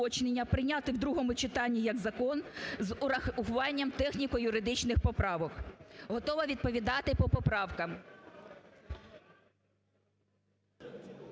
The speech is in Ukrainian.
прийняти у другому читанні як закон з урахуванням техніко-юридичних поправок. Готова відповідати по поправкам.